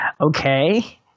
okay